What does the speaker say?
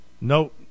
No